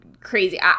crazy